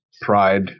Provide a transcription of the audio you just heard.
pride